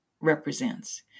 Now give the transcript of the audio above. represents